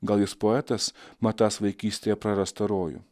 gal jis poetas matąs vaikystėje prarastą rojų